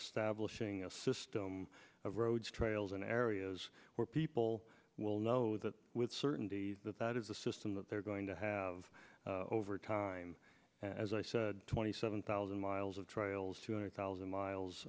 establishing a system of roads trails in areas where people will know that with certainty that that is the system that they're going to have over time as i said twenty seven thousand miles of trails two hundred thousand